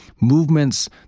movements